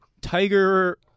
Tiger